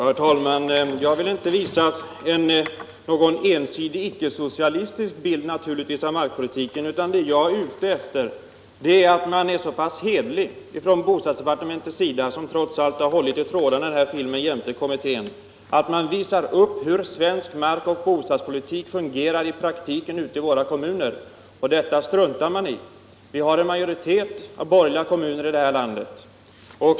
Herr talman! Jag vill naturligtvis inte visa någon ensidig icke-socialistiskt film om markpolitiken. Vad jag är ute efter är att man inom bostadsdepartementet, som trots allt jämte kommittén har hållit i trådarna vid framställningen av denna film, är så pass hederlig att man visar upp hur den svenska markoch bostadspolitiken fungerar i praktiken ute i våra kommuner. Detta struntar man i att göra. Vi har en majoritet av borgerliga kommuner i detta land.